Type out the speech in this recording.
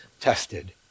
tested